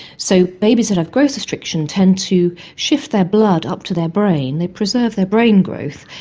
so babies that have growth restriction tend to shift their blood up to their brain. they preserve their brain growth,